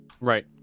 Right